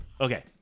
Okay